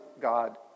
God